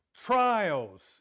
trials